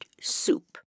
soup